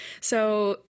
So-